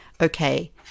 okay